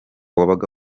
wabaga